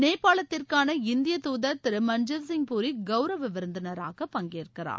நேபாளத்திற்கான இந்திய துதர் திரு மன்ஜீவ்சிங் பூரி கவுரவ விருந்தினராக பங்கேற்கிறார்